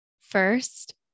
first